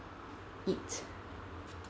it